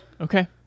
Okay